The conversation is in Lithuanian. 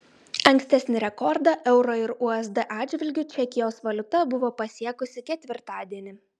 ankstesnį rekordą euro ir usd atžvilgiu čekijos valiuta buvo pasiekusi ketvirtadienį